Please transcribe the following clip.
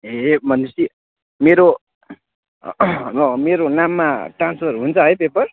ए भनेपछि मेरो मेरो नाममा ट्रान्सफर हुन्छ है पेपर